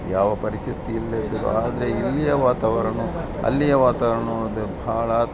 ಯಾವ ಪರಿಸ್ಥಿತಿ ಇಲ್ಲದಿದ್ರೂ ಆದರೆ ಇಲ್ಲಿಯ ವಾತಾವರಣವು ಅಲ್ಲಿಯ ವಾತವರಣ ನೋಡಿದರೆ ಭಾಳ